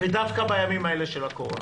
ודווקא בימים האלה של הקורונה.